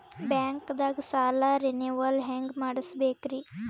ಬ್ಯಾಂಕ್ದಾಗ ಸಾಲ ರೇನೆವಲ್ ಹೆಂಗ್ ಮಾಡ್ಸಬೇಕರಿ?